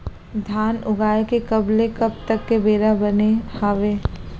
धान उगाए के कब ले कब तक के बेरा बने हावय?